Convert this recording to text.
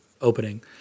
opening